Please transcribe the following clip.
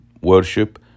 worship